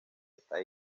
esta